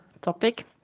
topic